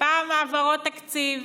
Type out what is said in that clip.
פעם העברות תקציב,